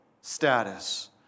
status